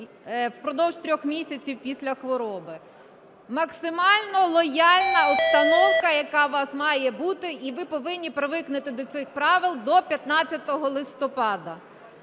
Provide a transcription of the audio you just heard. впродовж трьох місяців після хвороби. Максимально лояльна обстановка, яка у вас має бути, і ви повинні привикнути до цих правил, до 15 листопада.